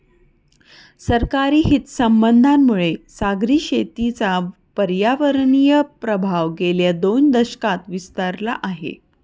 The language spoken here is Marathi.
सरकारी हितसंबंधांमुळे सागरी शेतीचा पर्यावरणीय प्रभाव गेल्या दोन दशकांत विस्तारला आहे